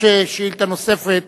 יש שאילתא נוספת